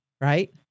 Right